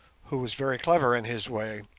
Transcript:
who was very clever in his way,